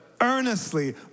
earnestly